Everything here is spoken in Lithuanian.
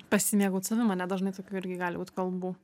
pasimėgaut savimone dažnai tokių irgi gali būt kalbų